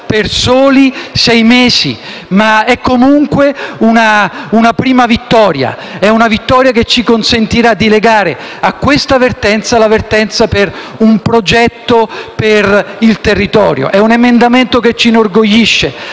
per soli sei mesi, ma è comunque una prima vittoria che ci consentirà di legare a questa vertenza quella per un progetto per il territorio. È un emendamento che ci inorgoglisce,